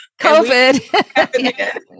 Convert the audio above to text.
COVID